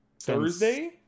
thursday